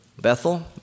Bethel